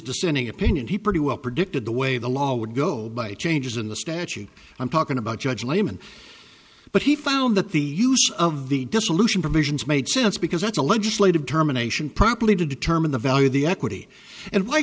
dissenting opinion he pretty well predicted the way the law would go by changes in the statute i'm talking about judge layman but he found that the use of the dissolution provisions made sense because that's a legislative determination probably to determine the value of the equity and why